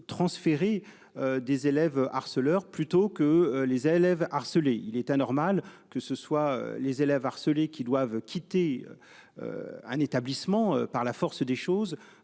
Transférer des élèves harceleurs plutôt que les élèves harcelés. Il était normal que ce soit les élèves harcelés qui doivent quitter. Un établissement par la force des choses